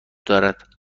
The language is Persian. دارد